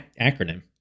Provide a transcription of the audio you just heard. acronym